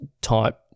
type